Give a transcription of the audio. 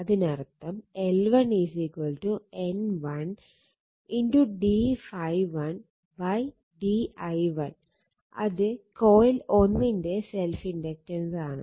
അതിനർത്ഥം L1 N1 d ∅1 d i1 അത് coil 1 ന്റെ സെൽഫ് ഇണ്ടക്റ്റൻസാണ്